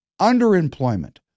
Underemployment